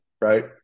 right